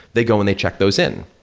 they go and they check those in.